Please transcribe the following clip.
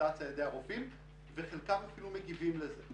שמומלץ על ידי הרופאים וחלקם אפילו מגיבים לזה.